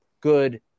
good